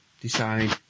decide